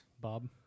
Bob